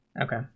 Okay